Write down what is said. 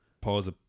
pause